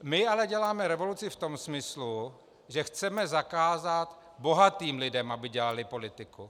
My ale děláme revoluci v tom smyslu, že chceme zakázat bohatým lidem, aby dělali politiku.